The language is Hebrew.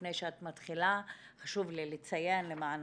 לפני שאת מתחילה, חשוב לי לציין למען